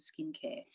Skincare